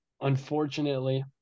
Unfortunately